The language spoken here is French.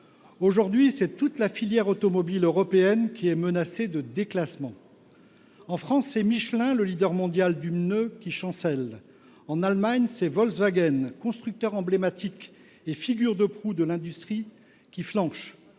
Aujourd’hui, c’est toute la filière automobile européenne qui est menacée de déclassement. En France, c’est Michelin, le leader mondial du pneu, qui chancelle. En Allemagne, c’est Volkswagen, constructeur emblématique et figure de proue de l’industrie, qui flanche.